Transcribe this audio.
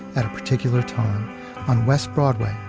at a particular time on west broadway,